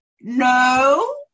No